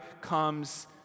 comes